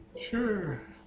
Sure